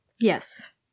Yes